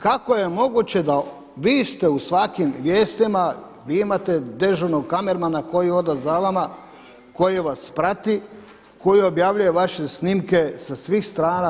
Kako je moguće da vi ste u svakim vijestima, vi imate dežurnog kamermana koji hoda za vama, koji vas prati, koji objavljuje vaše snimke sa svih strana.